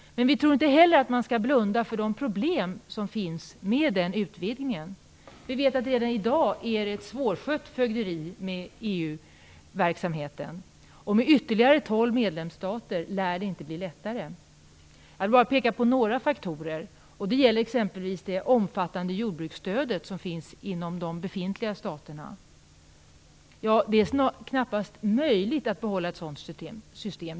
Men vi tror inte heller att man skall blunda för de problem som finns med den utvidgningen. Vi vet att det redan i dag är ett svårskött fögderi med EU verksamheten. Med ytterligare tolv medlemsstater lär det inte bli lättare. Jag vill bara peka på några faktorer. Det gäller exempelvis det omfattande jordbruksstöd som finns inom de befintliga staterna. Det är knappast möjligt att behålla ett sådant system.